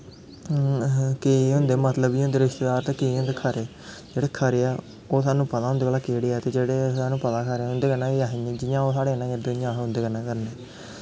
केईं होंदे मतलबी होंदे रिश्तेदार ते केईं होंदे खरे जेह्ड़े खरे ऐ ओह् सानूं पता होंदे केह्ड़े न ते जेह्ड़े सानूं पता ऐ जि'यां ओह् साढ़े कन्नै करदे उ'आं अस उं'दे कन्नै करने